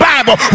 Bible